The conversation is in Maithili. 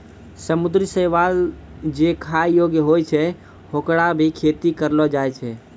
समुद्री शैवाल जे खाय योग्य होय छै, होकरो भी खेती करलो जाय छै